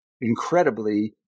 incredibly